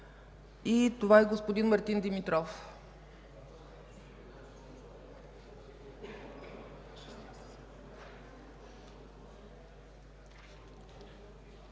и това е господин Мартин Димитров.